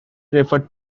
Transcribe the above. referred